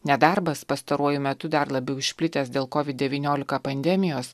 nedarbas pastaruoju metu dar labiau išplitęs dėl covid devyniolika pandemijos